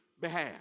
behalf